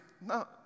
no